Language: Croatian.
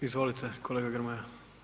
Izvolite kolega Grmoja.